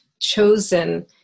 chosen